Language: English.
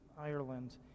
Ireland